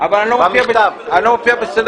אבל אני לא מופיע בסדר-היום.